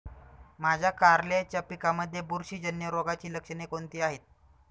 माझ्या कारल्याच्या पिकामध्ये बुरशीजन्य रोगाची लक्षणे कोणती आहेत?